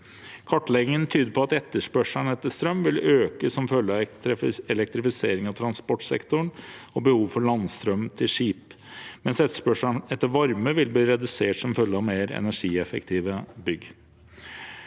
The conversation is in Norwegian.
Kartleggingen tyder på at etterspørselen etter strøm vil øke som følge av elektrifisering av transportsektoren og behov for landstrøm til skip, mens etterspørselen etter varme vil bli redusert som følge av mer energieffektive bygg.